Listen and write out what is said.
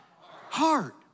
Heart